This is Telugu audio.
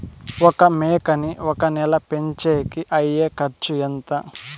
ఒక మేకని ఒక నెల పెంచేకి అయ్యే ఖర్చు ఎంత?